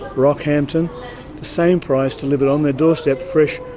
rockhampton. the same price, delivered on their doorstep, fresh,